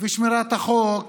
ו"שמירת החוק"